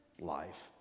life